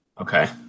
Okay